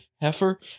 heifer